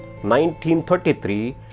1933